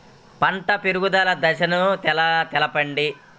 పంట పెరుగుదల దశలను తెలపండి?